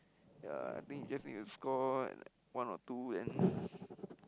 ya I think you just need to score one or two then